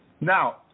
Now